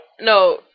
no